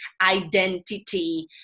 identity